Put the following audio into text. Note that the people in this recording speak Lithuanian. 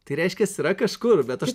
tai reiškias yra kažkur bet aš